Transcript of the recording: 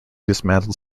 dismantled